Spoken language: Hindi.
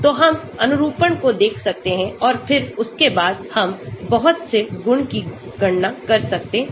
तो हम अनुरूपण को देख सकते हैं और फिर उसके बाद हम बहुत से गुण की गणना कर सकते हैं